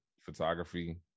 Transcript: photography